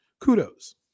kudos